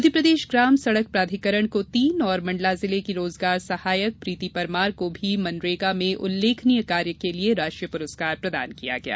मध्यप्रदेश ग्राम सड़क प्राधिकरण को तीन और मण्डला जिले की रोजगार सहायक प्रीति परमार को भी मनरेगा में उल्लेखनीय कार्य के लिए राष्ट्रीय पुरस्कार प्रदान किया गया है